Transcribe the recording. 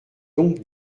donc